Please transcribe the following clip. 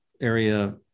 area